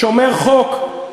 שומר חוק,